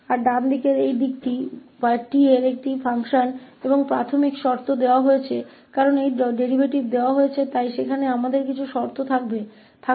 और दाहिना हाथ t का एक फलन है और प्रारंभिक शर्त दी गई है क्योंकि यह डेरीवेटिव दिया गया है इसलिए हमें वहां कुछ शर्त रखनी चाहिए